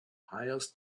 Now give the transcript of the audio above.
hires